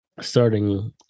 starting